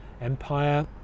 empire